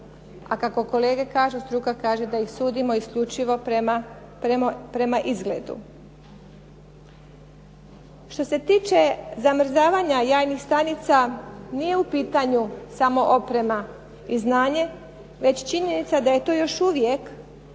a kako kolege kažu, struka kaže da ih sudimo isključivo prema izgledu. Što se tiče zamrzavanja jajnih stanica, nije u pitanu samo oprema i znanje, već činjenica da je to još uvijek